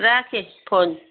राखेँ फोन